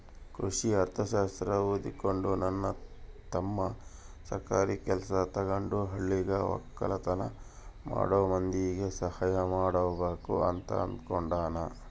ಕೃಷಿ ಅರ್ಥಶಾಸ್ತ್ರ ಓದಿಕೊಂಡು ನನ್ನ ತಮ್ಮ ಸರ್ಕಾರಿ ಕೆಲ್ಸ ತಗಂಡು ಹಳ್ಳಿಗ ವಕ್ಕಲತನ ಮಾಡೋ ಮಂದಿಗೆ ಸಹಾಯ ಮಾಡಬಕು ಅಂತ ಅನ್ನುಕೊಂಡನ